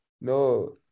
no